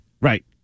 Right